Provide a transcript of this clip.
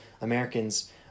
Americans